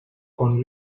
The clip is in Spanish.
con